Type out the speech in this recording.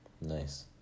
Nice